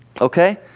okay